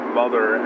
mother